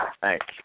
Thanks